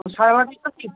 ও সাড়ে কি